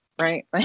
right